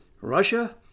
Russia